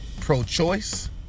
pro-choice